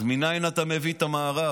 אז מנין אתה מביא את המארב?